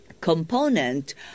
component